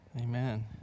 Amen